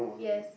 yes